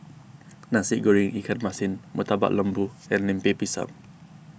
Nasi Goreng Ikan Masin Murtabak Lembu and Lemper Pisang